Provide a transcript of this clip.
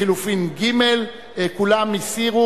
לחלופין ג' כולם הסירו.